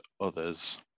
others